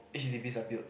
H_D_Bs are built